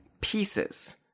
pieces